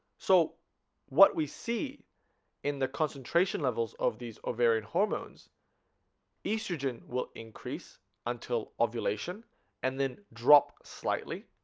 so what we see in the concentration levels of these ovarian hormones estrogen will increase until ovulation and then drop slightly